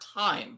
time